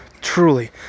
Truly